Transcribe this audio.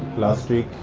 last week.